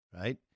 right